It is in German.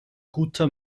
guter